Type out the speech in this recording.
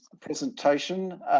presentation